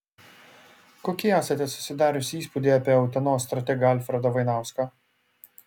kokį esate susidariusi įspūdį apie utenos strategą alfredą vainauską